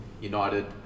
United